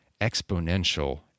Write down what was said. exponential